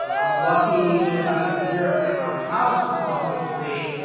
um i'm lucky that i'm here at my mom's house as long as they